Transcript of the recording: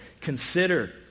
Consider